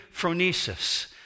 Phronesis